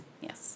yes